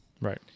Right